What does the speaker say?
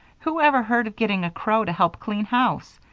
who ever heard of getting a crow to help clean house?